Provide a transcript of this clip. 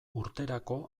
urterako